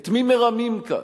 את מי מרמים כאן?